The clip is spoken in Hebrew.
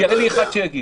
תראה לי אחד שיגיד.